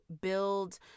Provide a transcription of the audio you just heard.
build